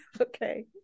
Okay